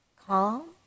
calm